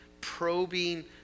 probing